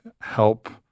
help